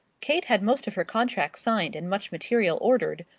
kate had most of her contracts signed and much material ordered,